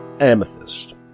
Amethyst